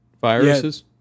viruses